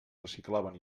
reciclaven